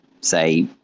say